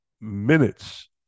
minutes